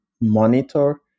monitor